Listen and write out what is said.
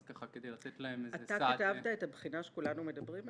אז כדי לתת להם איזה סעד --- אתה כתבת את הבחינה שכולנו מדברים עליה?